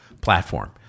platform